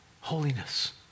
holiness